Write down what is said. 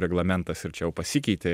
reglamentas ir čia jau pasikeitė